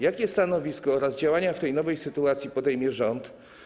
Jakie jest stanowisko oraz jakie działania w tej nowej sytuacji podejmie rząd?